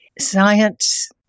science